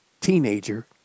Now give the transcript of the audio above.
teenager